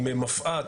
עם מפא"ת,